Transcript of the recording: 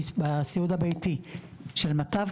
בסיעוד הביתי של מטב,